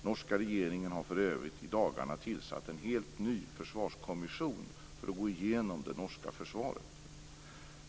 Norska regeringen har för övrigt i dagarna tillsatt en helt ny försvarskommission för att gå igenom det norska försvaret.